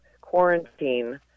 quarantine